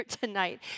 tonight